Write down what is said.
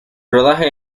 rodaje